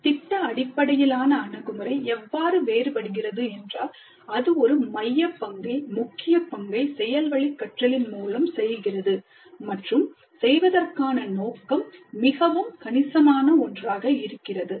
திட்ட அடிப்படையிலான அணுகுமுறை எவ்வாறு வேறுபடுகிறது என்றால் அது ஒரு மைய பங்கை முக்கிய பங்கை செயல்வழிக் கற்றலின் மூலம் செய்கிறது மற்றும் 'செய்வதற்கான' நோக்கம் மிகவும் கணிசமான ஒன்றாக இருக்கிறது